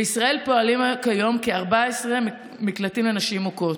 בישראל פועלים כיום 14 מקלטים לנשים מוכות.